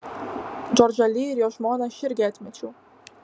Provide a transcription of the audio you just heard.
džordžą li ir jo žmoną aš irgi atmečiau